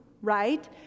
right